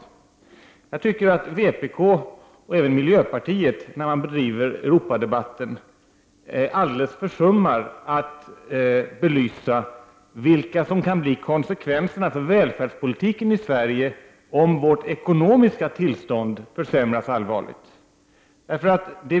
Jag tycker att vpk och även miljöpartiet när de bedriver Europadebatten alldeles försummar att belysa vilka konsekvenserna kan bli för välfärdspolitiken i Sverige om vårt ekonomiska tillstånd försämras allvarligt.